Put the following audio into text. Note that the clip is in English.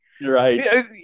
Right